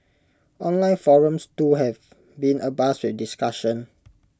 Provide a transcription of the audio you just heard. online forums too have been abuzz with discussion